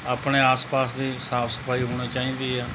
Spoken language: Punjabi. ਆਪਣੇ ਆਸ ਪਾਸ ਦੀ ਸਾਫ ਸਫਾਈ ਹੋਣੀ ਚਾਹੀਦੀ ਆ